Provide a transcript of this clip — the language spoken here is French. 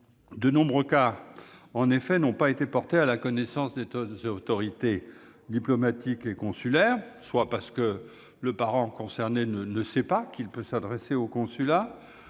de nombreux cas n'ont pas été portés à la connaissance des autorités diplomatiques et consulaires, soit parce que le parent concerné ignore qu'il peut s'adresser au consulat,